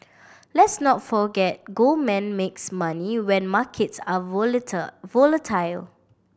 let's not forget Goldman makes money when markets are volatile